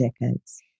decades